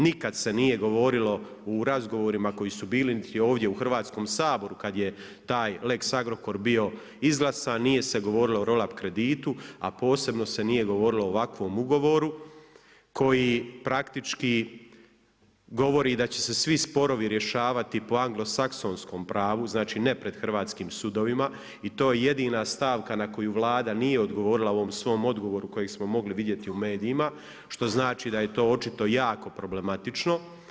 Nikad se nije govorilo u razgovorima koji su bili niti ovdje u Hrvatskom saboru, kad je taj Lex Agrokor bio izglasan, nije se govorilo o roll up kreditu a posebno se nije govorilo o ovakvom ugovoru koji praktički govori da će se svi sporovi rješavati po anglosaksonskom pravu, znači ne pred hrvatskim sudovima i to je jedina stavka na koju Vlada nije odgovorila u ovom svom odgovoru kojeg smo mogli vidjeti u medijima što znači da je to očito jako problematično.